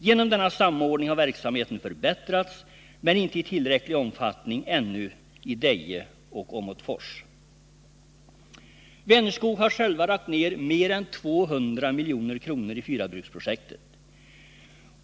Genom den samordning som skett har verksamheten förbättrats, men ännu inte i tillräcklig omfattning i Deje och Åmotfors. Vänerskog har självt lagt ner mer än 200 milj.kr. på fyrabruksprojektet.